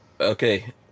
Okay